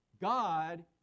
God